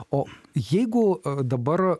o jeigu dabar